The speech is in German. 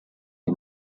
die